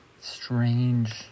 strange